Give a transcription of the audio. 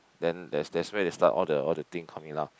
then that's that's where they start all the all the thing coming lah